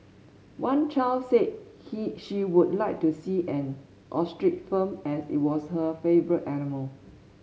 one child said he she would like to see an ostrich farm as it was her favourite animal